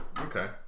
Okay